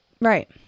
Right